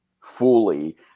fully